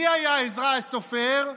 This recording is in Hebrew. מי היה עזרא הסופר?